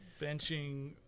Benching